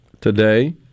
today